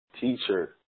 teacher